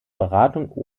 beratung